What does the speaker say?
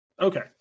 Okay